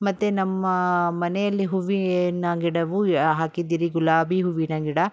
ಮತ್ತು ನಮ್ಮ ಮನೆಯಲ್ಲಿ ಹೂವಿನ ಗಿಡವೂ ಹಾಕಿದ್ದೀರಿ ಗುಲಾಬಿ ಹೂವಿನ ಗಿಡ